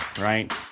right